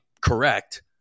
Correct